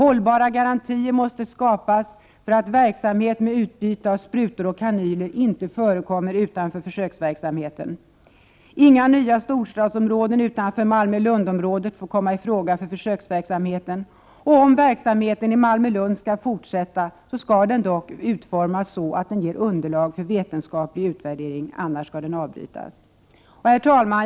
Hållbara garantier måste skapas för att verksamhet med utbyte av sprutor och kanyler ej förekommer utanför försöksverksamheten. Inga nya storstadsområden utanför Malmö-Lund-området får komma i fråga för försöksverksamhet. Om verksamheten i Malmö-Lund skall fortsätta skall den dock utformas så att den ger underlag för vetenskaplig utvärdering, annars skall den avbrytas. Herr talman!